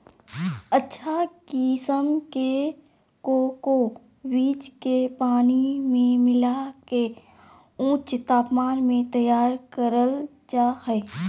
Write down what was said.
अच्छा किसम के कोको बीज के पानी मे मिला के ऊंच तापमान मे तैयार करल जा हय